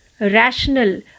Rational